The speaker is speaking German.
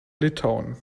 litauen